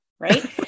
Right